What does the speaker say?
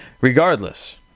Regardless